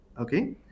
Okay